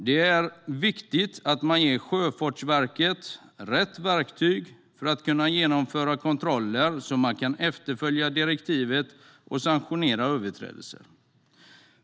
Det är viktigt att ge Sjöfartsverket rätt verktyg att kunna genomföra kontroller så att de kan efterfölja direktivet och sanktionera överträdelser.